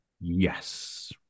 Yes